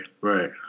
right